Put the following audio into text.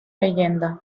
leyenda